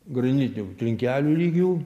granitinių trinkelių lygių